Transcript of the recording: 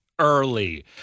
early